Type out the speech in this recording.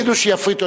נגיד שיפריטו.